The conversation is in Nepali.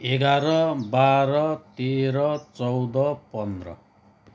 एघार बाह्र तेह्र चौध पन्ध्र